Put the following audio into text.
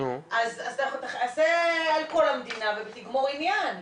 נעשה על כל המדינה ותגמור עניין.